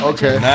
Okay